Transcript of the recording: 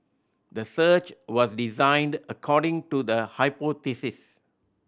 the search was designed according to the hypothesis